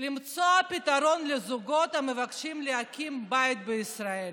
למצוא פתרון לזוגות המבקשים להקים בית בישראל,